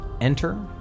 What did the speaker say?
enter